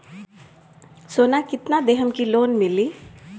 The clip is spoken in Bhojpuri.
सोना कितना देहम की लोन मिली?